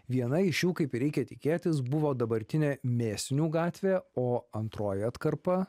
viena iš jų kaip reikia tikėtis buvo dabartinė mėsinių gatvė o antroji atkarpa